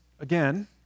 again